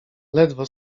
ledwo